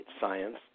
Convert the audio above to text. science